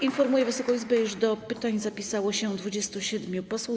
Informuję Wysoką Izbę, iż do pytań zapisało się 27 posłów.